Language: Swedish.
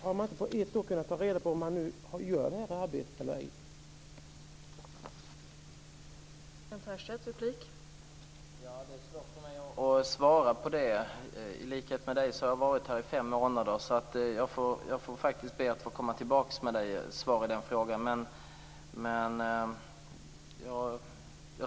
Har man inte på ett år kunnat ta reda på om det här arbetet görs eller ej?